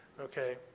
okay